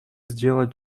сделать